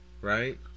right